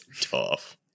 tough